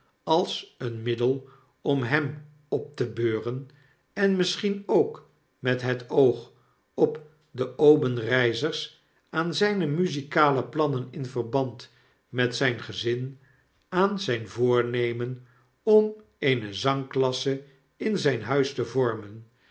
als een middel om hem op te beuren en misschien ook met het oog op de obenreizers aan zjne muzikale plannen in verband met zgn gezin aan zfln voornemen om eene zangklasse in zijn huis te vormen